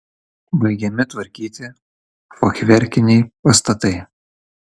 baigiami tvarkyti fachverkiniai pastatai